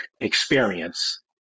experience